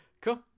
Cool